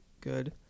good